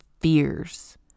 fears